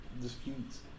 disputes